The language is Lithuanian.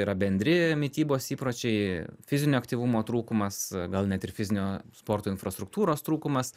yra bendri mitybos įpročiai fizinio aktyvumo trūkumas gal net ir fizinio sporto infrastruktūros trūkumas